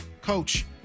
coach